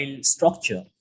structure